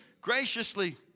graciously